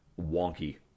wonky